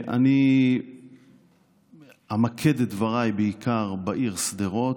אני אמקד את דבריי בעיקר בעיר שדרות,